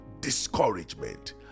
discouragement